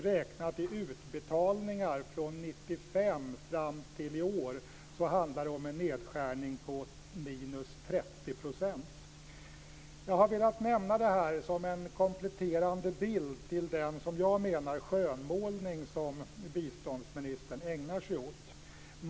Räknat i utbetalningar från 1995 och fram till i år handlar det om en nedskärning med Jag ville nämna detta som en kompletterande bild till den, menar jag, skönmålning som biståndsministern ägnar sig åt.